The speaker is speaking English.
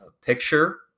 picture